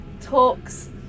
talks